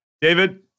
David